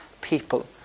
people